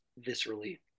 viscerally